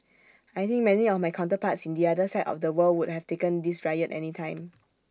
I think many of my counterparts in the other side of the world would have taken this riot any time